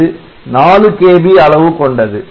இது 4KB அளவு கொண்டது